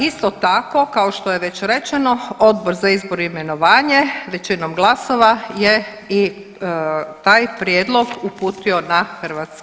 Isto tako kao što je već rečeno Odbor za izbor i imenovanje većinom glasova je i taj prijedlog uputio na HS.